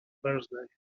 birthday